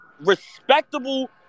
respectable